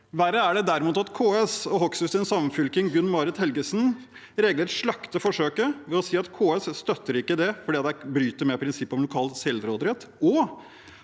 Verre er det derimot at KS og Hoksruds samfylking Gunn Marit Helgesen regelrett slakter forsøket ved å si at KS ikke støtter det fordi det bryter med prinsippet om lokal selvråderett,